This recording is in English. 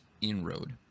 inroad